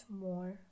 more